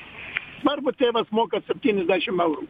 svarbu tėvas moka septyniasdešim eurų